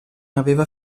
aveva